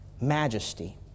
majesty